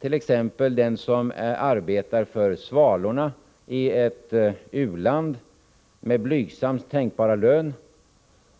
t.ex. den som arbetar för Svalorna i ett u-land med blygsammaste tänkbara lön.